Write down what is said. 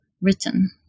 written